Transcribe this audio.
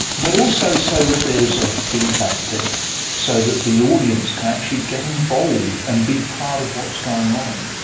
but also so that there is a feedback there so that the audience can actually get involved and be part of what's going on.